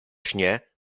śnie